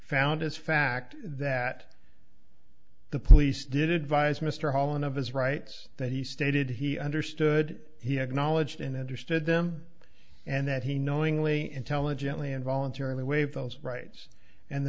found as fact that the police did advise mr holland of his rights that he stated he understood he had knowledge and interested them and that he knowingly intelligently and voluntarily waive those rights and